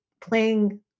playing